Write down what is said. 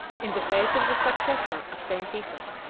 in the face of the successor of st. peter.